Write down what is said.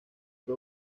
fue